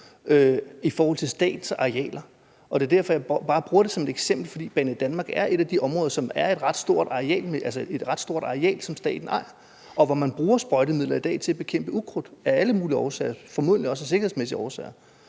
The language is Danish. i forhold til statens arealer. Og det er derfor, jeg bare bruger Banedanmark som eksempel, fordi det er en af de virksomheder, som har et ret stort areal, som staten ejer, og hvor man bruger sprøjtemidler i dag til at bekæmpe ukrudt af alle mulige årsager, formodentlig også af sikkerhedsmæssige årsager